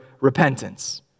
repentance